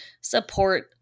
support